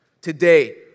today